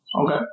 Okay